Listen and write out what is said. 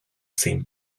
same